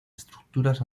estructuras